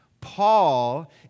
Paul